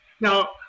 Now